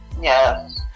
Yes